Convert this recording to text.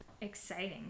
exciting